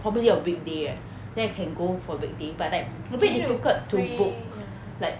probably a weekday right then I can go for weekday but like a bit difficult to book like